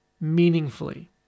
meaningfully